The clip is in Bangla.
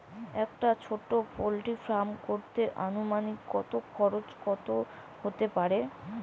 একটা ছোটো পোল্ট্রি ফার্ম করতে আনুমানিক কত খরচ কত হতে পারে?